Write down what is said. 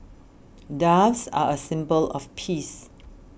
doves are a symbol of peace